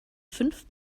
fünf